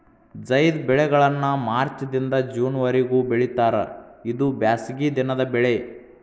ಝೈದ್ ಬೆಳೆಗಳನ್ನಾ ಮಾರ್ಚ್ ದಿಂದ ಜೂನ್ ವರಿಗೂ ಬೆಳಿತಾರ ಇದು ಬ್ಯಾಸಗಿ ದಿನದ ಬೆಳೆ